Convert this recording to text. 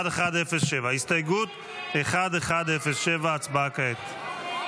הסתייגות 1107, הצבעה כעת.